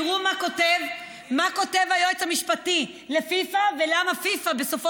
תראו מה כותב היועץ המשפטי לפיפ"א ולמה פיפ"א בסופו